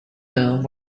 whom